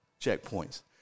checkpoints